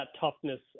toughness